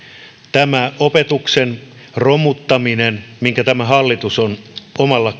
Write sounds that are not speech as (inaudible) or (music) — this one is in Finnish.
tämä opetuksen romuttaminen minkä tämä hallitus on omalla (unintelligible)